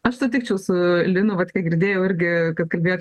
aš sutikčiau su linu vat kiek girdėjau irgi kad kalbėtojot